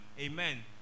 Amen